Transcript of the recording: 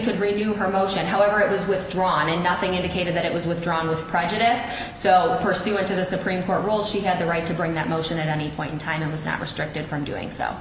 could review her motion however it was withdrawn and nothing indicated that it was withdrawn with prejudice so pursuant to the supreme court's role she had the right to bring that motion at any point in time it was not restricted from doing so